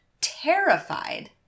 terrified